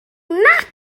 nac